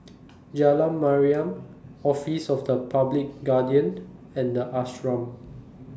Jalan Mariam Office of The Public Guardian and The Ashram